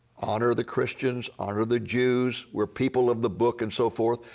honor the christians, honor the jews, we are people of the book and so forth.